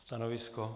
Stanovisko?